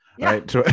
Right